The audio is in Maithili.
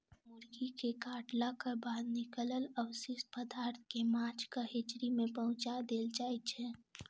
मुर्गी के काटलाक बाद निकलल अवशिष्ट पदार्थ के माछक हेचरी मे पहुँचा देल जाइत छै